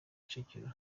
kicukiro